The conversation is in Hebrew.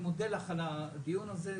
אני מודה לך על הדיון הזה,